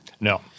No